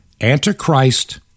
Antichrist